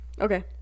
Okay